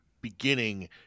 beginning